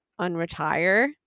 unretire